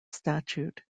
statute